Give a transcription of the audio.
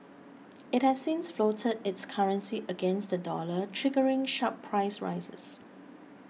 it has since floated its currency against the dollar triggering sharp price rises